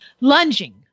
lunging